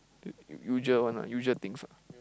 U usual one lah usual things lah